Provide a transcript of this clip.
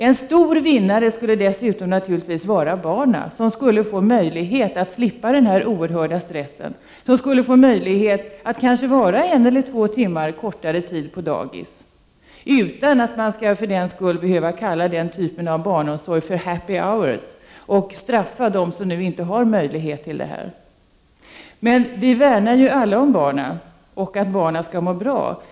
En stor vinnare skulle naturligtvis också vara barnen, som skulle få en möjlighet att slippa denna oerhörda stress, som skulle få möjlighet att kanske vara en eller två timmar kortare tid på dagis. Detta skulle ske utan att det för den skull skulle bli fråga om någon typ av barnomsorg med ”happy hours”, där de som inte har möjlighet att utnyttja detta straffas. Vi värnar ju alla om barnen, om att barnen skall må bra.